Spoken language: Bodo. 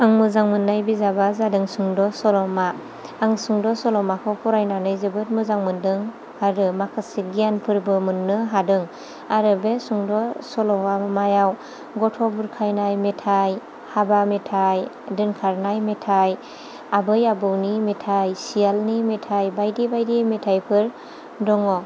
आं मोजां मोननाय बिजाबा जादों सुंद' सल'मा आं सुद' सल'माखौ फरायनानै जोबोद मोजां मोन्दों आरो माखासे गियानफोरबो मोननो हादों आरो बे सुंद' सल'मायाव गथ' बुरखायनाय मेथाइ हाबा मेथाइ दोनखारनाय मेथाइ आबै आबौनि मेथाइ सियालनि मेथाइ बायदि बायदि मेथाइफोर दङ'